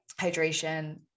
hydration